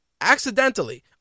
Accidentally